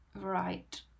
right